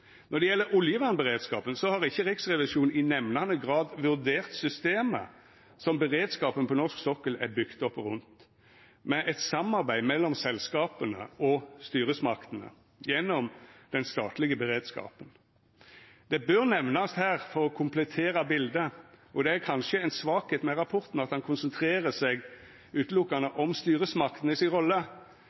Når det gjeld oljevernberedskapen, har ikkje Riksrevisjonen i nemnande grad vurdert systemet som beredskapen på norsk sokkel er bygd opp rundt, med eit samarbeid mellom selskapa og styresmaktene, gjennom den statlege beredskapen. Det bør nemnast her for å komplettera bildet, og det er kanskje ei svakheit ved rapporten at han konsentrerer seg eine og åleine om styresmaktene si rolle